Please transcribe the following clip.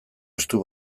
estu